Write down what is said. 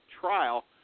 trial